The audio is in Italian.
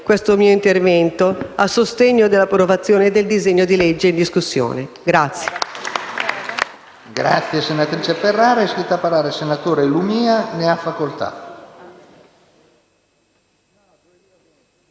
questo mio intervento a sostegno dell'approvazione del disegno di legge in discussione.